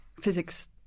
physics